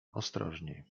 ostrożniej